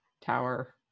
tower